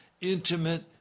intimate